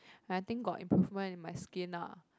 and I think got improvement in my skin lah